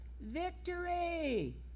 Victory